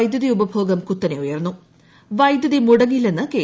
വൈദ്യുതി ഉപഭോഗം കുത്തനെ ഉയർന്നു വൈദ്യുതി മുടങ്ങില്ലെന്ന് കെ